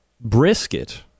brisket